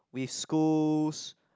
with schools